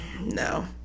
no